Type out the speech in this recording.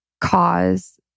cause